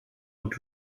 und